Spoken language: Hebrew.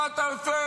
מה אתה רוצה?